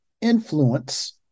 influence